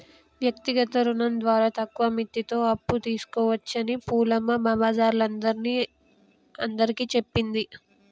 వ్యక్తిగత రుణం ద్వారా తక్కువ మిత్తితో అప్పు తీసుకోవచ్చని పూలమ్మ మా బజారోల్లందరిని అందరికీ చెప్పింది